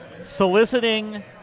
Soliciting